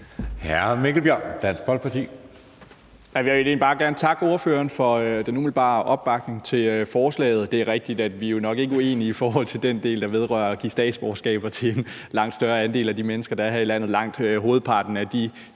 hr. Mikkel Bjørn, Dansk Folkeparti.